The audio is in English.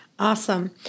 Awesome